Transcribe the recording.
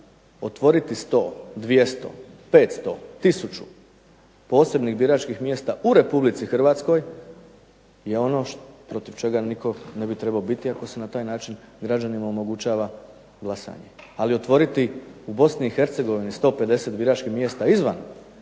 otvoriti 100, 200, 500, 1000 posebnih biračkih mjesta u RH je ono protiv čega nitko ne bi trebao biti ako se na taj način građanima omogućava glasanje. Ali otvoriti u BiH 150 biračkih mjesta izvan